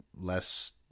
less